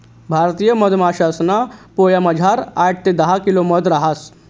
भारतीय मधमाशासना पोयामझार आठ ते दहा किलो मध रहास